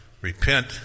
Repent